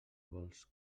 vols